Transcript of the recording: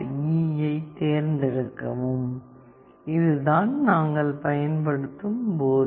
ஈ ஐத் தேர்ந்தெடுக்கவும் இதுதான் நாங்கள் பயன்படுத்தும் போர்டு